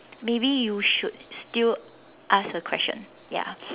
maybe you should still ask a question ya